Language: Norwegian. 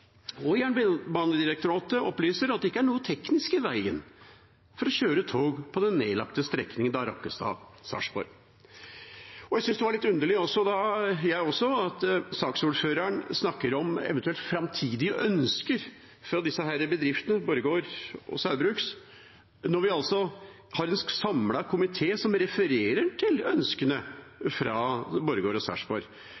Jernbanedirektoratet opplyser at det ikke er noe teknisk i veien for å kjøre tog på den nedlagte strekningen Rakkestad–Sarpsborg. Jeg syns også det var litt underlig at saksordføreren snakket om eventuelt framtidige ønsker fra disse bedriftene, Borregaard og Saugbrugsforeningen, når det er en samlet komité som refererer til